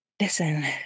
Listen